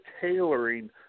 tailoring